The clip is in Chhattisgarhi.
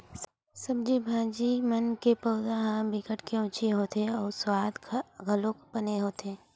सब्जी भाजी मन के पउधा ह बिकट केवची होथे अउ सुवाद घलोक बने होथे